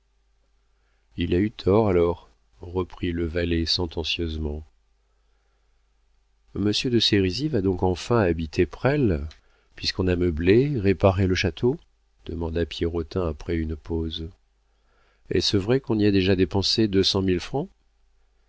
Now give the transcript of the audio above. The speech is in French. il a eu tort alors reprit le valet sentencieusement monsieur de sérisy va donc enfin habiter presles puisqu'on a meublé réparé le château demanda pierrotin après une pause est-ce vrai qu'on y a déjà dépensé deux cent mille francs